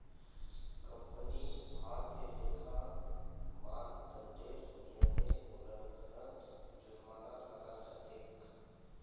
कंपनीक भारतीय लेखा मानदंडेर नियमेर उल्लंघनत जुर्माना लगाल जा तेक